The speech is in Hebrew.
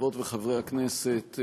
חברות וחברי הכנסת,